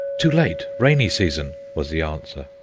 too late. rainy season, was the answer.